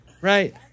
right